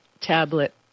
tablet